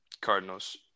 Cardinals